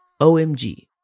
OMG